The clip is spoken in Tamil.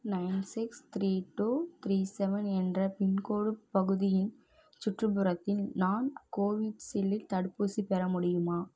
nine six three two three seven என்ற பின்கோடு பகுதியின் சுற்றுப்புறத்தின் நான் கோவிஷீல்டில் தடுப்பூசி பெற முடியுமா